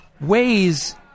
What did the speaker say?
ways